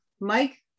Mike